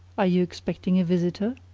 are you expecting a visitor?